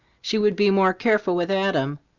she would be more careful with adam.